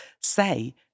say